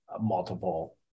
multiple